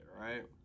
right